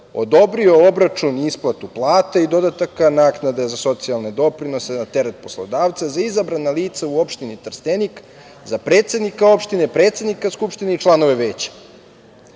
odobrio obračun i isplatu plate i dodataka naknade za socijalne doprinose na teret poslodavca za izabrana lica u opštini Trstenik, za predsednika opštine, predsednika Skupštine i članove veća.